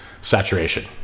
saturation